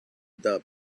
the